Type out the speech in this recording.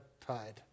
tide